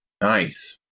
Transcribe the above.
Nice